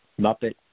Muppet